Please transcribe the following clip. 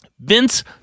Vince